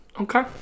Okay